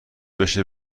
بشه